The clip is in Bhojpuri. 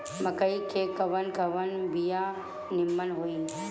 मकई के कवन कवन बिया नीमन होई?